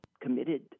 committed